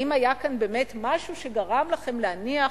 האם היה כאן באמת משהו שגרם לכם להניח